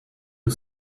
you